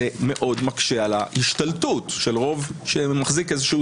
זה מקשה מאוד על ההשתלטות של רוב שמחזיק איזשהו